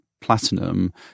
platinum